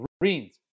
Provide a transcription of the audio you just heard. greens